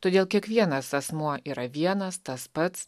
todėl kiekvienas asmuo yra vienas tas pats